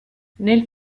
nel